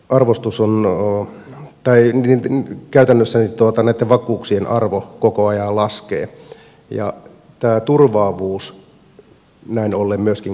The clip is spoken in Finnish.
arvostus käytännössä näitten suomen pankin saatavien vakuuksien arvo koko ajan laskee ja tämä turvaavuus näin ollen myöskin koko ajan laskee